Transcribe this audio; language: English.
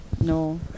No